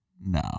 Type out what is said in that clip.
No